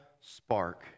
spark